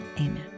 Amen